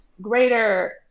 greater